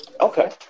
Okay